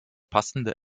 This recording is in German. passende